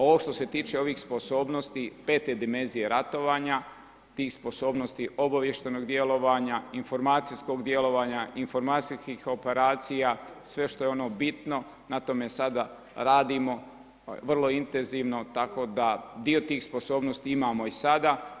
Ovo što se tiče ovih sposobnosti pete dimenzije ratovanja, tih sposobnosti obavještajnog djelovanja, informacijskog djelovanja, informacijskih operacija sve što je ono bitno na tome sada radimo vrlo intenzivno tako da dio tih sposobnosti imamo i sada.